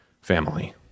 family